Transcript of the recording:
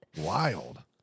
Wild